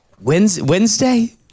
wednesday